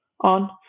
on